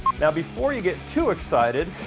now before you get too excited,